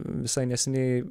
visai neseniai